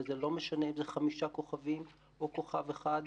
וזה לא משנה אם זה חמישה כוכבים או כוכב אחד.